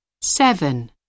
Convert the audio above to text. seven